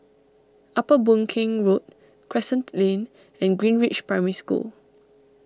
Upper Boon Keng Road Crescent Lane and Greenridge Primary School